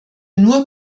nur